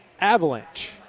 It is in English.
Avalanche